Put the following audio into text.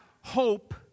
hope